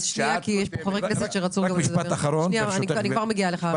--- אני כבר מגיעה אליך,